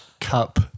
cup